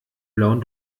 blauen